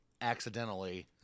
accidentally